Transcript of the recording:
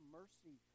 mercy